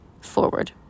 forward